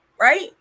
right